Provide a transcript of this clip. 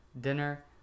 dinner